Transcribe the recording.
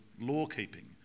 law-keeping